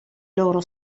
loro